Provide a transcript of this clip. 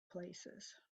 places